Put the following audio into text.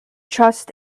trust